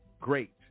great